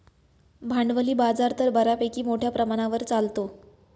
भांडवली बाजार तर बऱ्यापैकी मोठ्या प्रमाणावर चालतो